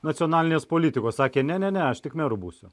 nacionalinės politikos sakė ne ne aš tik meru būsiu